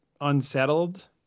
unsettled